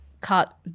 Cut